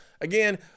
Again